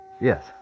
Yes